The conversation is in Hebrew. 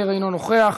אינה נוכחת,